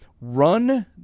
run